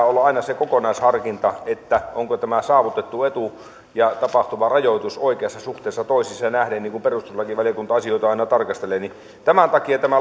olla aina se kokonaisharkinta siitä ovatko tämä saavutettu etu ja tapahtuva rajoitus oikeassa suhteessa toisiinsa nähden niin kuin perustuslakivaliokunta asioita aina tarkastelee tämän takia tämä